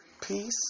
peace